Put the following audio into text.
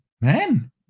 man